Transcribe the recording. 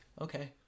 okay